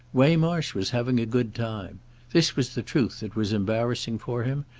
waymarsh was having a good time this was the truth that was embarrassing for him,